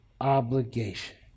obligation